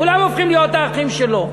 כולם הופכים להיות האחים שלו.